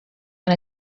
and